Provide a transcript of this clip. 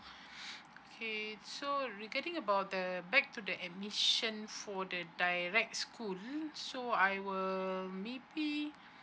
okay so regarding about the back to the admissions for the direct school so I will maybe